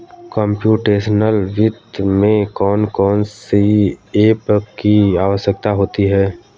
computational वित्त में कौन कौन सी एप की आवश्यकता होती है